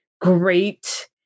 great